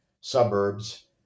suburbs